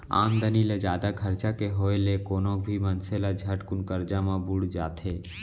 आमदनी ले जादा खरचा के होय ले कोनो भी मनसे ह झटकुन करजा म बुड़ जाथे